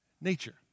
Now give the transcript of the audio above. nature